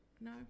No